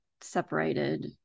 separated